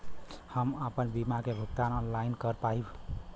हम आपन बीमा क भुगतान ऑनलाइन कर पाईब?